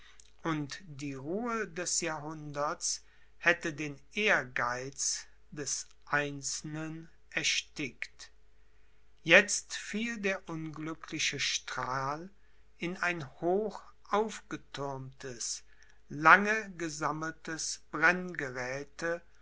und die ruhe des jahrhunderts hätte den ehrgeiz des einzelnen erstickt jetzt fiel der unglückliche strahl in ein hoch aufgethürmtes lange gesammeltes